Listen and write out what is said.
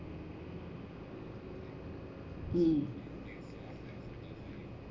mm